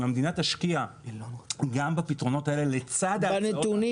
אם המדינה תשקיע גם בפתרונות האלה לצד --- בנתונים